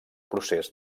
procés